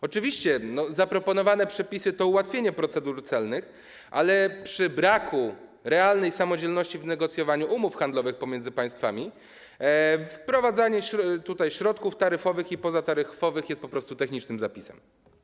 Oczywiście zaproponowane przepisy mają na celu ułatwienie procedur celnych, ale przy braku realnej samodzielności w negocjowaniu umów handlowych pomiędzy państwami wprowadzanie tutaj środków taryfowych i pozataryfowych jest po prostu technicznym zapisem.